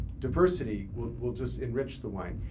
diversity will will just enrich the wine.